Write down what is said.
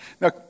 Now